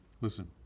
Listen